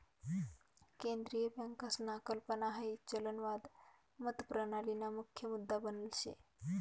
केंद्रीय बँकसना कल्पना हाई चलनवाद मतप्रणालीना मुख्य मुद्दा बनेल शे